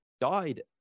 died